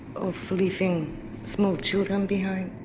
of leaving small children behind.